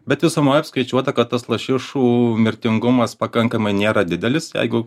bet visumoje apskaičiuota kad tas lašišų mirtingumas pakankamai nėra didelis jeigu